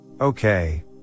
Okay